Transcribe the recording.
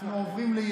לעומת זאת,